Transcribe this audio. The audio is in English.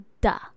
duh